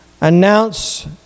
Announce